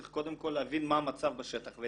צריך קודם כל להבין מה המצב בשטח.